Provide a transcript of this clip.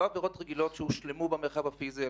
לא מדובר בעבירות שהושלמו במרחב הפיזי.